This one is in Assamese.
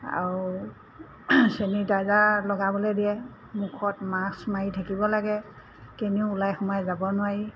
আৰু চেনিটাইজাৰ লগাবলৈ দিয়ে মুখত মাক্স মাৰি থাকিব লাগে কেনিও ওলাই সোমাই যাব নোৱাৰি